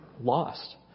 lost